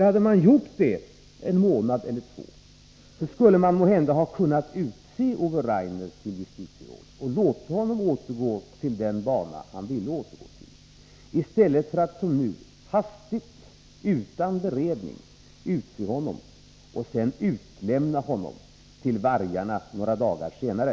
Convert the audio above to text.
Hade man gjort det en månad eller två, så skulle man måhända ha kunnat utse Ove Rainer till justitieråd och låta honom återgå till den bana han ville återgå till — i stället för att, som nu har skett, utan beredning utse honom och sedan utlämna honom till vargarna några dagar senare.